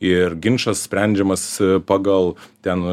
ir ginčas sprendžiamas pagal ten